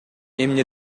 эмне